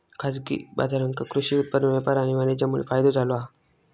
खाजगी बाजारांका कृषि उत्पादन व्यापार आणि वाणीज्यमुळे फायदो झालो हा